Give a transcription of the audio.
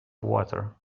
water